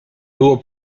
było